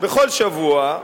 בכל שבוע,